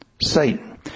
Satan